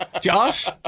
Josh